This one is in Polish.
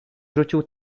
rzucił